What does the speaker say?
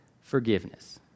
forgiveness